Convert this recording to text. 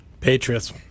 Patriots